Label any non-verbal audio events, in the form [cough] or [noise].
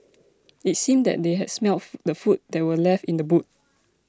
it seemed that they had smelt [hesitation] the food that were left in the boot